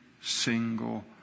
single